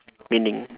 meaning